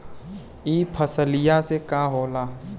ई फसलिया से का होला?